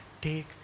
take